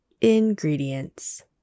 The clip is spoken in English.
Ingredients